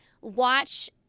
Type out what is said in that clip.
watch